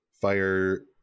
fire